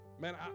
Man